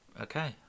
Okay